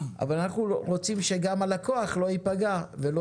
אבל אנחנו רוצים שגם הלקוח לא יפגע ולא